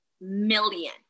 million